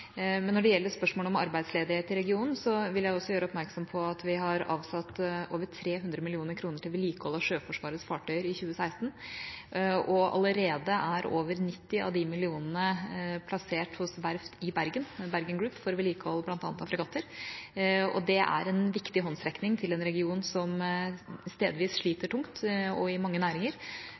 Når det gjelder spørsmålet om arbeidsledighet i regionen, vil jeg også gjøre oppmerksom på at vi har avsatt over 300 mill. kr til vedlikehold av Sjøforsvarets fartøyer i 2016, og allerede er over 90 av de millionene plassert hos verft i Bergen, Bergen Group, for å vedlikeholde bl.a. fregatter. Det er en viktig håndsrekning til en region som stedvis sliter tungt og i mange næringer.